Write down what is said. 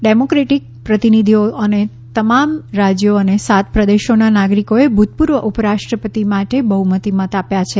democratic પ્રતિનિધિઓ અને તમામ રાજ્યો અને સાત પ્રદેશોના નાગરિકોએ ભૂતપૂર્વ ઉપરાષ્ટ્રપતિ માટે બહ્મતી મત આપ્યા છે